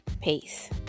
Peace